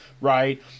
right